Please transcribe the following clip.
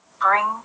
bring